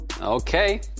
Okay